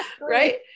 right